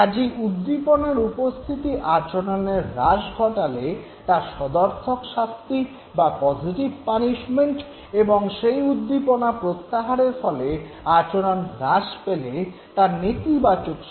কাজেই উদ্দীপনার উপস্থিতি আচরণের হ্রাস ঘটালে তা সদর্থক শাস্তি বা পজিটিভ পানিশমেন্ট এবং সেই উদ্দীপনা প্রত্যাহারের ফলে আচরণ হ্রাস পেলে তা নেতিবাচক শাস্তি বা নেগেটিভ পানিশমেন্ট